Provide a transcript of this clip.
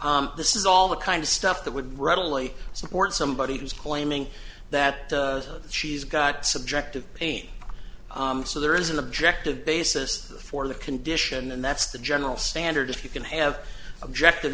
injection this is all the kind of stuff that would readily support somebody who's claiming that she's got subjective pain so there is an objective basis for the condition and that's the general standard if you can have objective